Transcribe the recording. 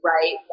Right